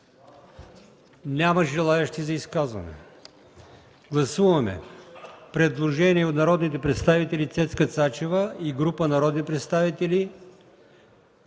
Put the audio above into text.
Няма желаещи. Гласуваме предложение от народните представители Цецка Цачева и група народни представители